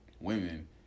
women